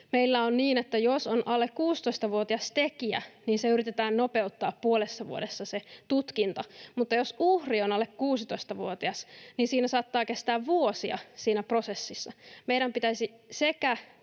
Meillä on niin, että jos on alle 16-vuotias tekijä, niin se tutkinta yritetään tehdä nopeutetusti puolessa vuodessa, mutta jos uhri on alle 16-vuotias, niin siinä prosessissa saattaa kestää vuosia. Meidän pitäisi sekä